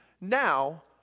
now